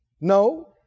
No